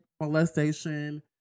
molestation